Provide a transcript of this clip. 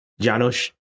Janos